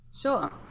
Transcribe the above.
Sure